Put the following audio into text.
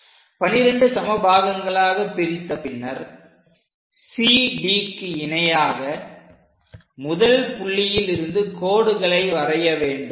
12 சம பாகங்களாக பிரித்த பின்னர் CDக்கு இணையாக முதல் புள்ளியில் இருந்து கோடுகளை வரைய வேண்டும்